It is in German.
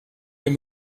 hier